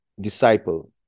disciple